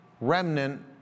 remnant